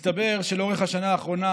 מסתבר שלאורך השנה האחרונה,